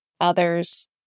Others